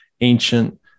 ancient